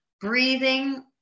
breathing